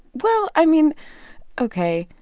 well, i mean ok,